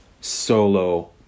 solo